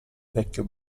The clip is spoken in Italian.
vecchio